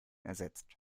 ersetzt